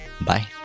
Bye